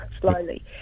slowly